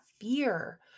fear